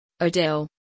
Odell